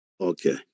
Okay